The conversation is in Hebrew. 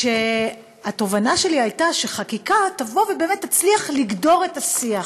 כשהתובנה שלי הייתה שחקיקה באמת תצליח לגדור את השיח.